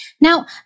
Now